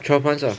twelve months ah